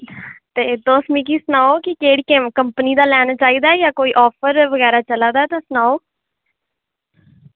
ते तुस मिगी सनाओ कि केह्ड़ी कंपनी दा लैना चाहिदा जां कोई आफर बगैरा चला दा ऐ ते सनाओ